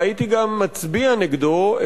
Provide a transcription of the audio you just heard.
והייתי גם מצביע נגדו,